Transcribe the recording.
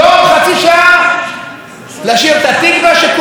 וכולנו אכן שרים את התקווה בנסיבות מתאימות.